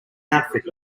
outfit